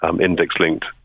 index-linked